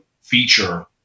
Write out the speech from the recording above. feature